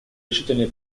решительной